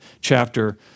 chapter